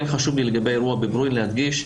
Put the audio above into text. כן חשוב לי לגבי האירוע בבורין להדגיש,